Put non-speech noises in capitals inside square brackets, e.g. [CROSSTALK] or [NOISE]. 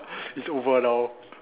[LAUGHS] it's over now